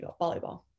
Volleyball